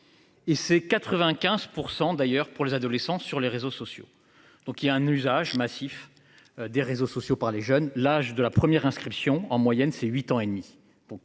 Et c'est 95% d'ailleurs pour les adolescents sur les réseaux sociaux. Donc il y a un usage massif. Des réseaux sociaux par les jeunes, l'âge de la première inscription en moyenne c'est 8 ans et demi